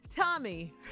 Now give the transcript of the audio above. Tommy